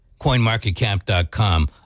coinmarketcap.com